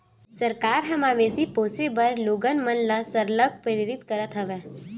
सरकार ह मवेशी पोसे बर लोगन मन ल सरलग प्रेरित करत हवय